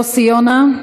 חבר הכנסת יוסי יונה,